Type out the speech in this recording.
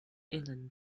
inland